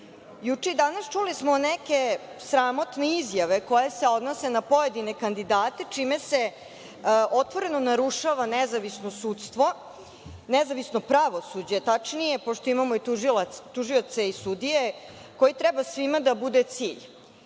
i danas čuli smo neke sramotne izjave koje se odnose na pojedine kandidate čime se otvoreno narušava nezavisno sudstvo, nezavisno pravosuđe, tačnije, pošto imamo i tužioce i sudije, koje treba svima da bude cilj.